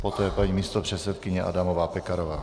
Poté paní místopředsedkyně Adamová Pekarová.